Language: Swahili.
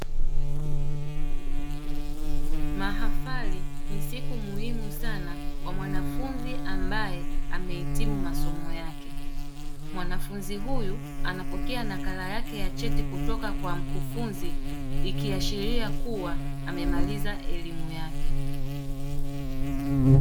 Mahafali ni siku muhimu sana kwa mwanafunzi ambaye amehitimu masomo yake, mwanafunzi huyu anapokea nakala yake ya cheti kutoka kwa mkufunzi ikiashiria kuwa amemaliza elimu yake.